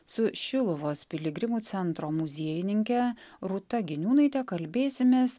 su šiluvos piligrimų centro muziejininke rūta giniūnaite kalbėsimės